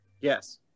yes